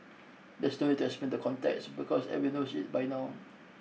there's no need to explain the context because every knows it by now